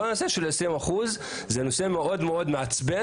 כל הנושא של ה-20% זה נושא מאוד מאוד מעצבן.